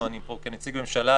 אני פה כנציג ממשלה,